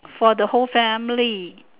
for the whole family